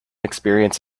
experience